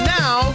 now